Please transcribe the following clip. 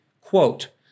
quote